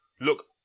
look